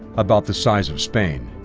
about the size of spain.